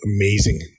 amazing